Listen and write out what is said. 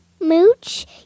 Mooch